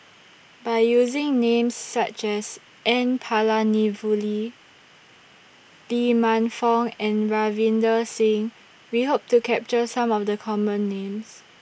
By using Names such as N Palanivelee Lee Man Fong and Ravinder Singh We Hope to capture Some of The Common Names